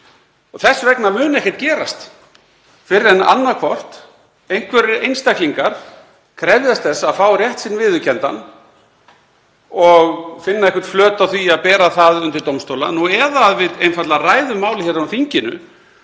Þess vegna mun ekkert gerast fyrr en annaðhvort einhverjir einstaklingar krefjast þess að fá rétt sinn viðurkenndan og finna einhvern flöt á því að bera það undir dómstóla eða að við einfaldlega ræðum málið á þinginu